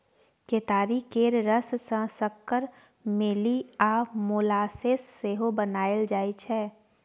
केतारी केर रस सँ सक्कर, मेली आ मोलासेस सेहो बनाएल जाइ छै